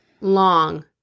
long